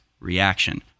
reaction